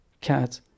Cat